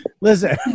Listen